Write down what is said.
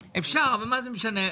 אפשר אבל מה זה משנה?